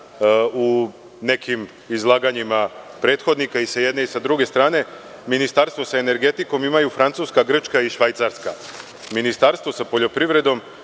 u nekim izlaganjima prethodnika i sa jedne i sa druge strane. Ministarstvo sa energetikom imaju Francuska, Grčka i Švajcarska. Ministarstvo sa poljoprivredom,